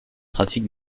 trafics